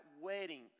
wedding